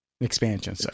expansion